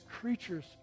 creatures